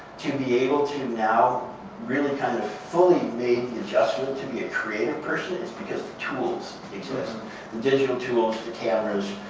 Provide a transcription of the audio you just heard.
to be able to now really kind of fully make the adjustment to be a creative person is because the tools exist the digital tools, the cameras.